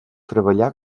treballà